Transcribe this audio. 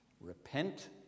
repent